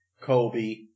Kobe